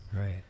right